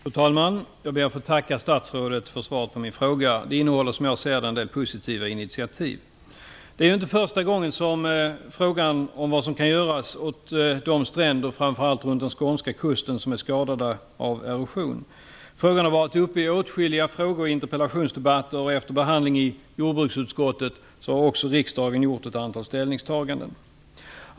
Fru talman! Jag ber att få tacka statsrådet för svaret på min fråga. Som jag ser det innehåller det en del positiva initiativ. Det är ju inte första gången som frågan om vad som kan göras åt de stränder framför allt runt den skånska kusten som är skadade av erosion är aktuell. Frågan har varit uppe i åtskilliga fråge och interpellationsdebatter. Efter behandling i jordbruksutskottet har också riksdagen gjort ett antal ställningstaganden.